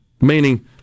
meaning